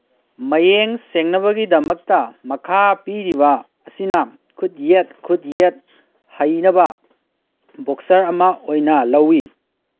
ꯃꯌꯦꯡ ꯁꯦꯡꯅꯕꯒꯤꯗꯃꯛꯇ ꯃꯈꯥ ꯄꯤꯔꯤꯕ ꯑꯁꯤ ꯈꯨꯠ ꯌꯦꯠ ꯈꯨꯠ ꯌꯦꯠ ꯍꯩꯅꯕ ꯕꯣꯛꯁꯔ ꯑꯃ ꯑꯣꯏꯅ ꯂꯧꯋꯤ